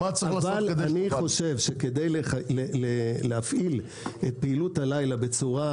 אבל אני חושב שכדי להפעיל את פעילות הלילה בצורה